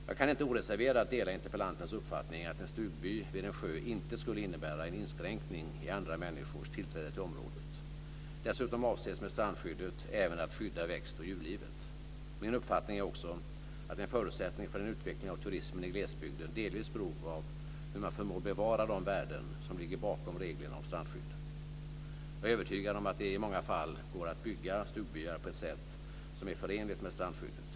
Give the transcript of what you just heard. Jag kan inte oreserverat dela interpellantens uppfattning att en stugby vid en sjö inte skulle innebära en inskränkning i andra människors tillträde till området. Dessutom avses med strandskyddet även att skydda växt och djurlivet. Min uppfattning är också att en förutsättning för en utveckling av turismen i glesbygden delvis beror av hur man förmår bevara de värden som ligger bakom reglerna om strandskydd. Jag är övertygad om att det i många fall går att bygga stugbyar på ett sätt som är förenligt med strandskyddet.